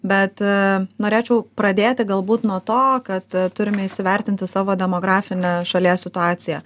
bet norėčiau pradėti galbūt nuo to kad turime įsivertinti savo demografinę šalies situaciją